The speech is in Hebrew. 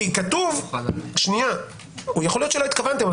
כי כתוב ------ יכול להיות שלא התכוונתם,